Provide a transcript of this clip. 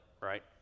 right